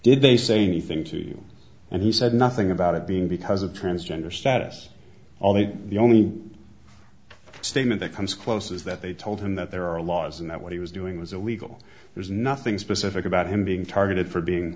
did they say anything to you and he said nothing about it being because of transgender status although the only statement that comes close is that they told him that there are laws and that what he was doing was illegal there's nothing specific about him being targeted for being